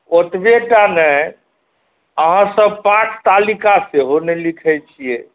ओतबे टा नहि अहाँ सभ पाठतालिका सेहो नहि लिखै छियै